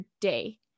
day